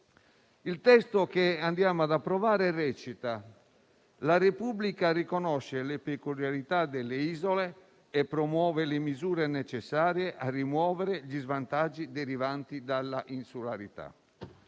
Il testo che andiamo ad approvare recita: «La Repubblica riconosce le peculiarità delle isole e promuove le misure necessarie a rimuovere gli svantaggi derivanti dalla insularità».